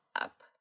up